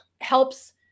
helps